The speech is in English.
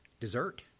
Dessert